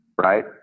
right